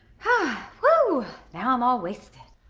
but whoo, now i'm all wasted.